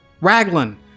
Raglan